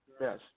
Yes